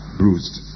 bruised